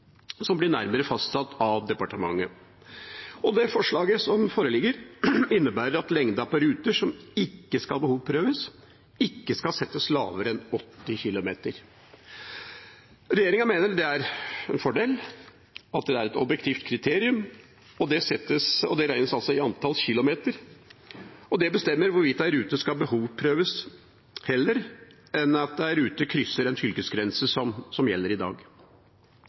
som blir nærmere fastsatt av departementet. Det forslaget som foreligger, innebærer at lengda på ruter som ikke skal behovsprøves, ikke skal settes lavere enn 80 km. Regjeringa mener det er en fordel, at det er et objektivt kriterium, og det regnes altså i antall kilometer. Det bestemmer hvorvidt en rute skal behovsprøves, heller enn at en rute krysser en fylkesgrense, som gjelder i dag.